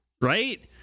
Right